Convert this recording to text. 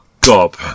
Gob